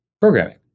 programming